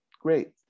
great